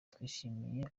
twishimiye